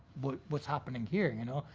what's happening here, you know.